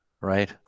right